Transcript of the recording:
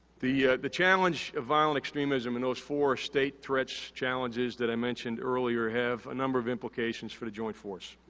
the the challenge of violent extremism and those four state threats challenges that i mentioned earlier have a number of implications for the joint force.